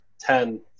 ten